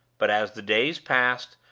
but as the days passed,